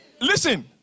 Listen